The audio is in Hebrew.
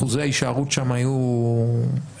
אחוזי ההישארות שם היו מרשימים,